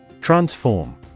Transform